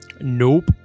Nope